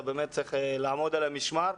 אתה באמת צריך לעמוד על המשמר.